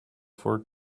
for